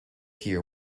here